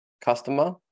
customer